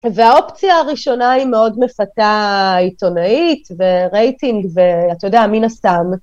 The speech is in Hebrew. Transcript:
והאופציה הראשונה היא מאוד מפתה עיתונאית ורייטינג ואתה יודע, מין הסתם.